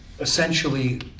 essentially